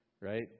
right